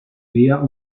mehr